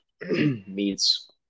meets